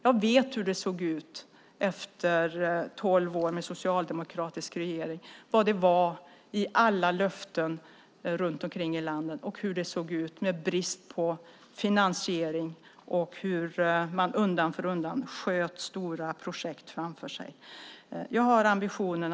Jag vet hur det såg ut efter tolv år med en socialdemokratisk regering när det gäller alla löften runt om i landet och brist på finansiering. Man sköt stora projekt framför sig undan för undan.